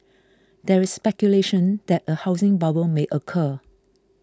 there is speculation that a housing bubble may occur